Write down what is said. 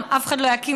אף אחד לא יחפש אותם,